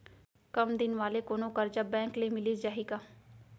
कम दिन वाले कोनो करजा बैंक ले मिलिस जाही का?